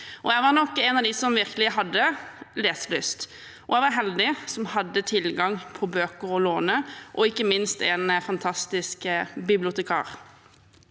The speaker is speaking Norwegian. Jeg var nok en av dem som virkelig hadde leselyst, og jeg var heldig som hadde tilgang på bøker å låne og ikke minst en fantastisk bibliotekar.